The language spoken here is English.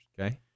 Okay